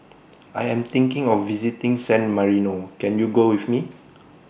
I Am thinking of visiting San Marino Can YOU Go with Me